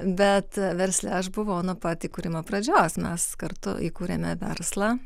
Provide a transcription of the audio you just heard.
bet versle aš buvau nuo pat įkūrimo pradžios mes kartu įkūrėme verslą